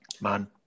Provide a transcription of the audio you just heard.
man